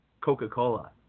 Coca-Cola